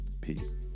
Peace